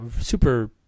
super